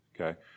okay